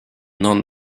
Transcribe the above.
non